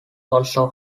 also